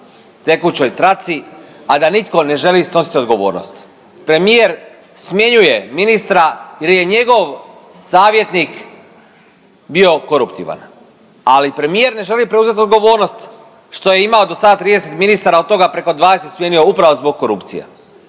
tekućoj traci, a da nitko ne želi snositi odgovornost. Premijer smjenjuje ministra jer je njegov savjetnik bio koruptivan, ali premijer ne želi preuzet odgovornost što je imao do sada 30 ministara od toga preko 20 smijenio upravo zbog korupcije.